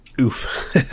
Oof